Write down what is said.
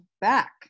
back